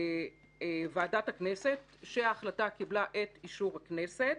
ועדת הכנסת החליטה וזה קיבל את אישור הכנסת